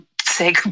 say